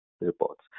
reports